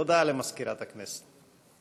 הודעה למזכירת הכנסת.